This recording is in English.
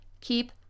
Keep